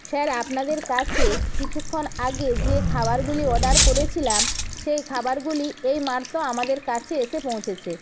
sir আপনাদের কাছে কিছুক্ষণ আগে যে খাবারগুলি অর্ডার করেছিলাম সেই খাবারগুলি এই মাত্র আমাদের কাছে এসে পৌঁছেছে